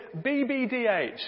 BBDH